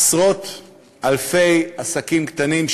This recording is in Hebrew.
עשרות-אלפי עסקים קטנים,